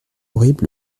horrible